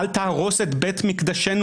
אל תהרוס את בית מקדשנו.